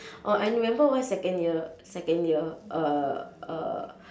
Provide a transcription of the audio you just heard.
orh I remember my second year second year uh uh